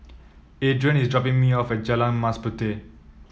Edrien is dropping me off at Jalan Mas Puteh